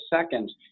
seconds